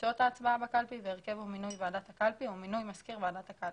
שעות ההצבעה בקלפי והרכב ומינוי ועדת הקלפי ומינוי מזכיר ועדת הקלפי.